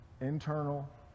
internal